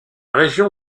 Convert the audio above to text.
région